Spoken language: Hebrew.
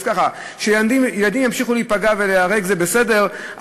אז ככה: שילדים ימשיכו להיפגע ולהיהרג זה בסדר,